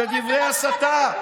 של דברי הסתה,